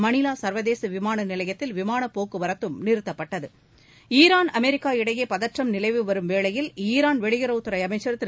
மணிலா சசர்வதேச விமான நிலையத்தில் விமானப்போக்குவரத்தும் நிறுத்தப்பட்டது ஈரான் அமெரிக்கா இடையே பதற்றம் நிலவி வரும்வேளையில் ஈரான் வெளியுறவுத்துறை அமைச்சர் திரு